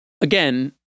Again